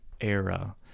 era